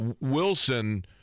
Wilson